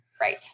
Right